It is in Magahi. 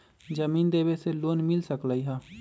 जमीन देवे से लोन मिल सकलइ ह?